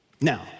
Now